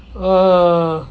uh